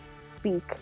speak